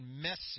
messy